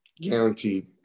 Guaranteed